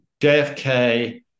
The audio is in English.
JFK